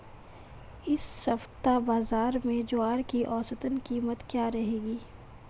इस सप्ताह बाज़ार में ज्वार की औसतन कीमत क्या रहेगी?